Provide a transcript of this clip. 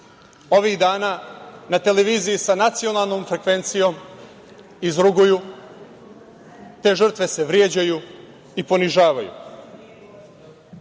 ovih dana na televiziji sa nacionalnom frekvencijom izruguju. Te žrtve se vređaju i ponižavaju. Nakon